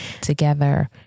together